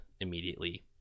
immediately